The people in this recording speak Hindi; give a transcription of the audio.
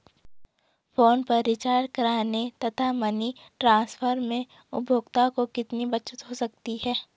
फोन पर रिचार्ज करने तथा मनी ट्रांसफर में उपभोक्ता को कितनी बचत हो सकती है?